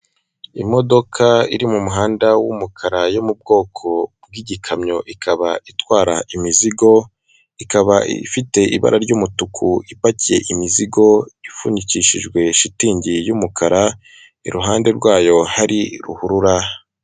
Imodoka iri mu muhanda w'umukara yo mu bwoko bw'igikamyo ikaba itwara imizigo, ikaba ifite ibara ry'umutuku ipakiye imizigo ipfunikishijwe shitingi y'umukara, iruhande rwayo hari ruhurura.